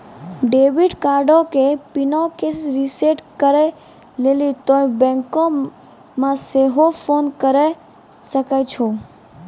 debit कार्डो के पिनो के रिसेट करै लेली तोंय बैंको मे सेहो फोन करे सकै छो